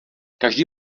každý